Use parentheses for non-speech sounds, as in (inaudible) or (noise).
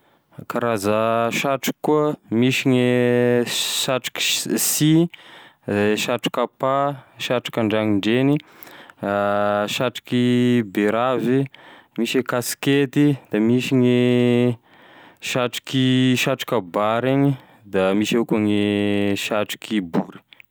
Karaza satroky koa, misy gne satroky s- sihy, satroka apaha satroka andragnondreny, (hesitation) satroky be ravy, misy e kasikety da misy gne (hesitation) satroky satroka ba reny da misy avao koa gne satroky boly.